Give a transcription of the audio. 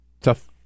tough